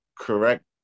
correct